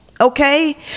okay